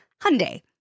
Hyundai